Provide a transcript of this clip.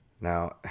now